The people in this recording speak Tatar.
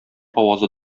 авазы